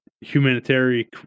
humanitarian